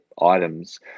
items